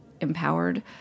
empowered